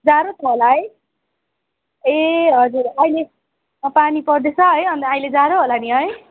जाडो छ होला है ए हजुर अहिले पानी पर्दैछ है अन्त अहिले जाडो होला नि है